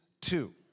two